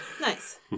Nice